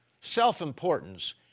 self-importance